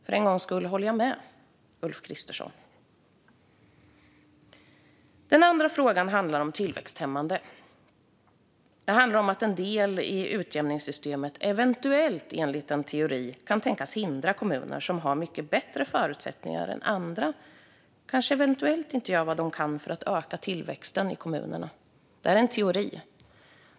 För en gångs skull håller jag med Ulf Kristersson. Den andra frågan handlar om tillväxthämmande. Det handlar om att en del i utjämningssystemet - eventuellt, enligt en teori - kan tänkas hindra kommuner som har mycket bättre förutsättningar än andra kommuner från att göra vad de kan för att öka tillväxten i kommunerna. Det här är en teori.